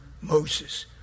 Moses